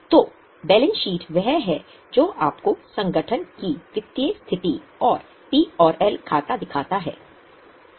तो balance sheet वह है जो आपको संगठन की वित्तीय स्थिति और पी और एल खाता दिखाता है